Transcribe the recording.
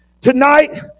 Tonight